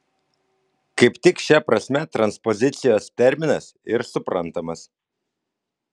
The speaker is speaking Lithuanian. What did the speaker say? kaip tik šia prasme transpozicijos terminas ir suprantamas